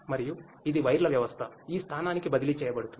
మరియు ఇది వైర్ల వ్యవస్థ ఈ స్థానానికి బదిలీ చేయబడుతుంది